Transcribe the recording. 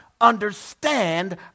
understand